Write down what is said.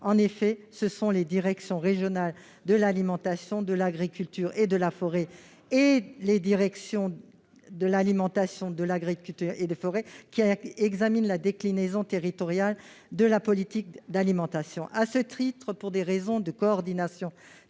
En effet, ce sont les directions régionales de l'alimentation, de l'agriculture et de la forêt (Draaf) et les directions de l'alimentation, de l'agriculture et des forêts (Daaf) qui examinent la déclinaison territoriale de la politique d'alimentation. À ce titre, pour des raisons de coordination